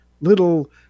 little